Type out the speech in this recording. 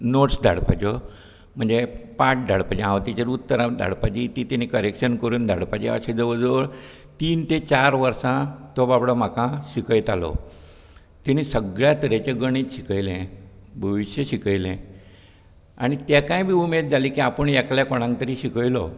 knots धाडपाच्यो म्हणजे पाट धाडपाचे हांव तेजेर उत्तरां धाडपाचीं ती तेणी करेक्शन करून धाडपाचें अशें जवळ जवळ तीन ते चार वर्सां तो बाबडो म्हाका शिकयतालो तेणी सगळ्या तरेचें गणीत शिकयलें भविश्य शिकयलें आनी तेकाय बी उमेद जाली की आपूण एकल्या कोणाक तरी शिकयलो